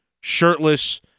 shirtless